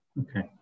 Okay